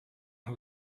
who